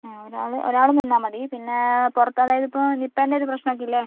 ആ ഒരാൾ ഒരാൾ നിന്നാൽ മതി പിന്നെ പുറത്ത് അതായത് ഇപ്പം നിപ്പേൻ്റെ ഒരു പ്രശ്നം ഒക്കെ ഇല്ലേ